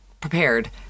prepared